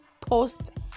post